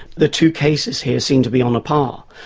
the two cases here seem to be on a par.